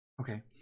okay